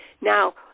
Now